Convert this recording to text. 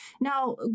Now